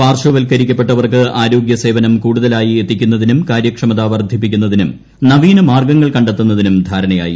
പാർശ്വവൽക്കരിക്കപ്പെട്ടവർക്ക്ആരോഗ്യ സേവനം കൂടുതലായി എത്തിക്കുന്നതിനും കാര്യക്ഷമത വർദ്ധിപ്പിക്കുന്നതിനും നവീന മാർഗ്ഗങ്ങൾ കണ്ടെത്തുന്നതിനും ധാരണയായി